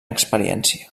experiència